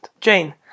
Jane